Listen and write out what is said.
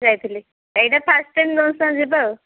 ଯାଇଥିଲି ଏଇଟା first time ତମ ସହ ଯିବା ଆଉ